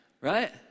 Right